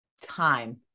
time